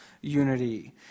unity